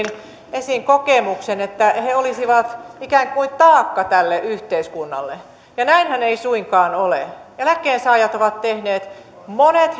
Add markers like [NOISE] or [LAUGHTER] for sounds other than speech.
esiin kokemuksen että he olisivat ikään kuin taakka tälle yhteiskunnalle näinhän ei suinkaan ole eläkkeensaajat ovat tehneet monet [UNINTELLIGIBLE]